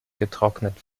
getrocknet